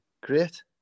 Great